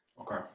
Okay